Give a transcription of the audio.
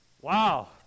Wow